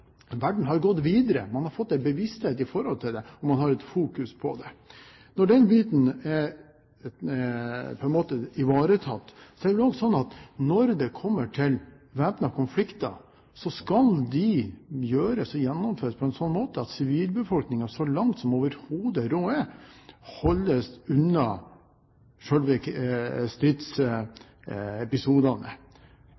og man fokuserer på det. Når den biten er ivaretatt, er det også sånn at når det kommer til væpnede konflikter, skal de gjennomføres på en sånn måte at sivilbefolkningen så langt som overhodet råd er, holdes unna